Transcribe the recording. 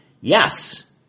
Yes